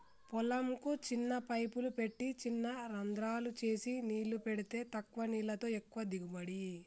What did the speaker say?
పొలం కు చిన్న పైపులు పెట్టి చిన రంద్రాలు చేసి నీళ్లు పెడితే తక్కువ నీళ్లతో ఎక్కువ దిగుబడి